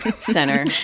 Center